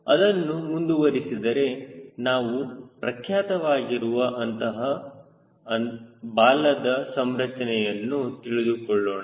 ಅದನ್ನು ಮುಂದುವರೆಸಿದರೆ ನಾವು ಪ್ರಖ್ಯಾತವಾಗಿರುವ ಅಂತಹ ಬಾಲದ ಸಂರಚನೆಯನ್ನು ತಿಳಿದುಕೊಳ್ಳೋಣ